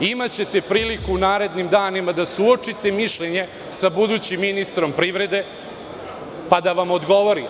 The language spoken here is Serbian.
Imaćete priliku u narednim danima da suočite mišljenje sa budućim ministrom privrede, pa da vam odgovori.